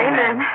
Amen